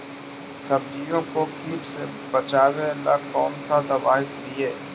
सब्जियों को किट से बचाबेला कौन सा दबाई दीए?